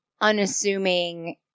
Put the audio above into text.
unassuming